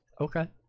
Okay